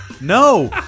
no